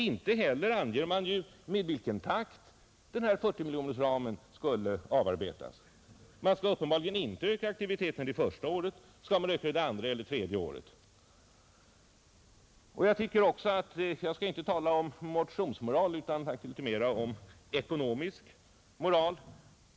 Inte heller anger reservanterna i vilken takt denna 40-miljonersram skulle avarbetas. Man skall uppenbarligen inte öka aktiviteten det första året. Skall man öka den det andra eller tredje året? Jag skall inte tala om motionsmoral utan faktiskt litet mera om ekonomisk moral.